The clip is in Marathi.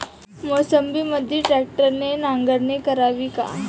मोसंबीमंदी ट्रॅक्टरने नांगरणी करावी का?